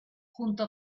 junto